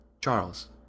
Charles